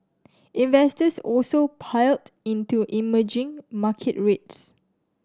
investors also piled into emerging market trades